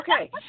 Okay